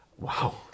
Wow